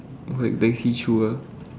white then see through ah